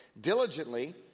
diligently